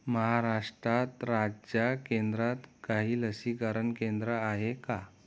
महाराष्ट्रात राज्या केंद्रात काही लसीकरण केंद्रं आहे का